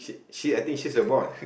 she I think she's the boss